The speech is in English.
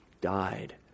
died